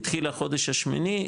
התחיל החודש השמיני,